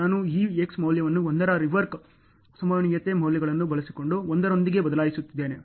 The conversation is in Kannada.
ನಾನು ಈ X ಮೌಲ್ಯವನ್ನು 1 ರ ರಿವರ್ಕ್ ಸಂಭವನೀಯತೆ ಮೌಲ್ಯವನ್ನು ಬಳಸಿಕೊಂಡು 1 ರೊಂದಿಗೆ ಬದಲಾಯಿಸುತ್ತಿದ್ದೇನೆ